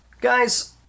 Guys